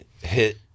hit